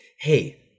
hey